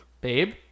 babe